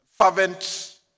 fervent